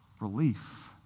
relief